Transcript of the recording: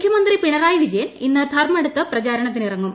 മുഖ്യമന്ത്രി പിണറായിട്ട് വിജയൻ ഇന്ന് ധർമ്മടത്തു പ്രചാരണത്തിനിറങ്ങും